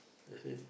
they say